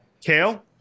Kale